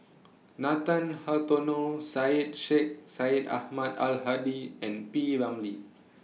Nathan Hartono Syed Sheikh Syed Ahmad Al Hadi and P Ramlee